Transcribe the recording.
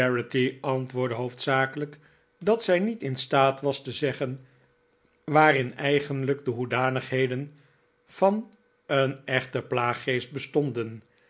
antwoordde hoofdzakelijk dat zij niet in staat was te zeggen waarin eigenlijk de hoedanigheden van een echten plaaggeest bestonden